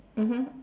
mmhmm